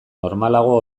normalago